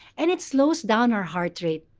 and it slows down our heart rate.